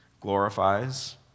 glorifies